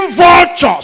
vultures